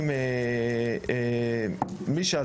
קצין הרפואה הראשי לשעבר,